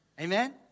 Amen